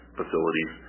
facilities